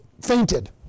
fainted